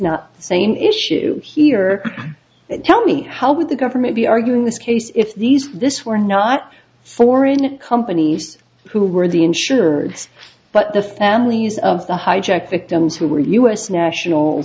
not the same issue here and tell me how would the government be arguing this case if these this were not foreign companies who were the insured but the families of the hijacked victims who were u s national